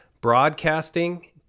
Broadcasting